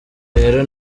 rero